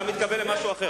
אתה מתכוון למשהו אחר.